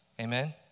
Amen